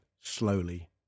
slowly